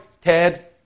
ted